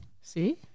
See